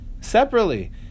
separately